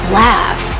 laugh